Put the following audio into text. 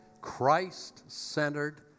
Christ-centered